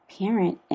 parent